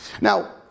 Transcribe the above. Now